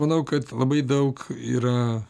manau kad labai daug yra